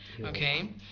Okay